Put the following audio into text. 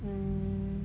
mm